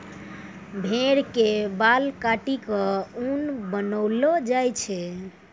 भेड़ के बाल काटी क ऊन बनैलो जाय छै